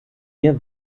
ihr